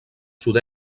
sud